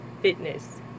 Fitness